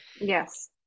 Yes